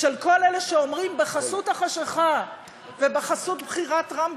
של כל אלה שאומרים: בחסות החשכה ובחסות בחירת טראמפ